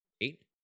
eight